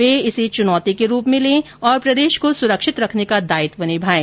वे इसे चुनौती के रूप में लें और प्रदेश को सुरक्षित रखने का दायित्व निभाएं